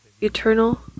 eternal